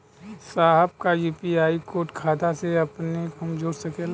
साहब का UPI code खाता से अपने हम जोड़ सकेला?